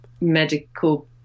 medical